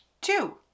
Two